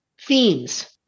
themes